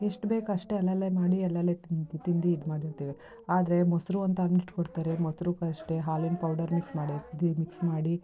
ಎಷ್ಟು ಬೇಕು ಅಷ್ಟೇ ಅಲ್ಲಲ್ಲೇ ಮಾಡಿ ಅಲ್ಲಲ್ಲೇ ತಿಂದು ತಿಂದು ಇದು ಮಾಡಿರ್ತೀವಿ ಆದರೆ ಮೊಸರು ಅಂತ ಅಂದ್ಬಿಟ್ಟು ಕೊಡ್ತಾರೆ ಮೊಸ್ರಿಗೂ ಅಷ್ಟೇ ಹಾಲಿನ ಪೌಡರ್ ಮಿಕ್ಸ್ ಮಾಡಿರಿ ದಿ ಮಿಕ್ಸ್ ಮಾಡಿ